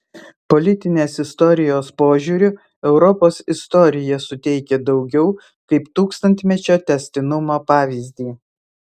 politinės istorijos požiūriu europos istorija suteikia daugiau kaip tūkstantmečio tęstinumo pavyzdį